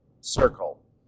circle